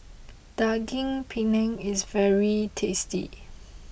Daging Penyet is very tasty